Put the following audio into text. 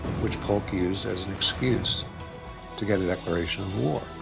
which polk used as an excuse to get a declaration of war.